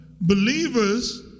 believers